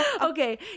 Okay